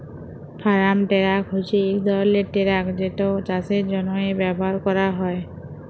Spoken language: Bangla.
ফারাম টেরাক হছে ইক ধরলের টেরাক যেট চাষের জ্যনহে ব্যাভার ক্যরা হয়